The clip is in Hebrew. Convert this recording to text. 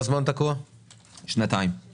הם